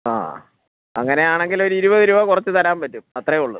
ആ അങ്ങനെ ആണെങ്കിൽ ഒരു ഇരുപത് രൂപ കുറച്ച് തരാൻ പറ്റും അത്രേ ഉള്ളൂ